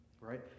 right